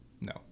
No